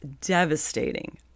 devastating